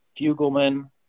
Fugelman